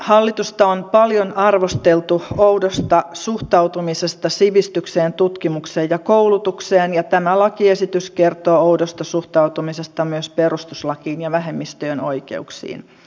hallitusta on paljon arvosteltu oudosta suhtautumisesta sivistykseen tutkimukseen ja koulutukseen ja tämä lakiesitys kertoo oudosta suhtautumisesta myös perustuslakiin ja vähemmistöjen oikeuksiin